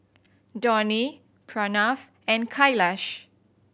Dhoni Pranav and Kailash